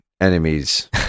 enemies